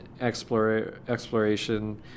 exploration